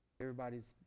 Everybody's